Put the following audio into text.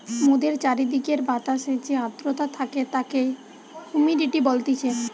মোদের চারিদিকের বাতাসে যে আদ্রতা থাকে তাকে হুমিডিটি বলতিছে